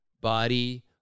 body